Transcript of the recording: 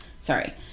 sorry